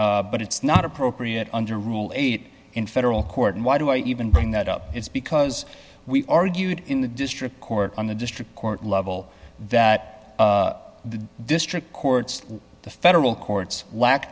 but it's not appropriate under rule eight in federal court and why do i even bring that up is because we argued in the district court on the district court level that the district courts the federal courts lack